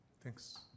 thanks